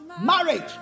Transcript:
marriage